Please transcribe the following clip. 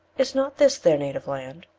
is not this their native land?